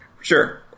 sure